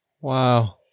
wow